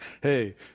Hey